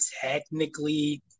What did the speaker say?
technically